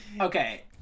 Okay